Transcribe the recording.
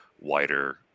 wider